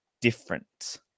different